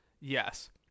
Yes